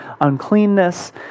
uncleanness